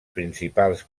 principals